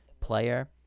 player